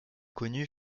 connues